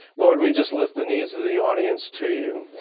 lord, we just lift the needs of the audience to you,